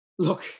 Look